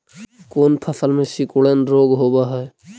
कोन फ़सल में सिकुड़न रोग होब है?